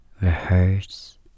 rehearse